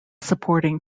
supporting